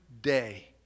day